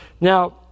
Now